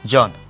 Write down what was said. John